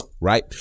right